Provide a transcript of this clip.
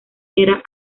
era